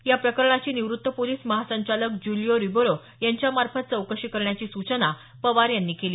या प्रकरणाची निवृत्त पोलिस महासंचालक ज्यूलिओ रिबेरो यांच्या मार्फत चौकशी करण्याची सुचना पवार यांनी केली